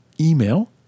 email